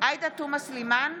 עאידה תומא סלימאן,